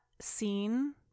scene